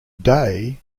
day